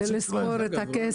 היבואנים עסוקים בלספור את הכסף.